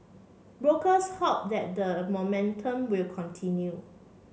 brokers hope that the momentum will continue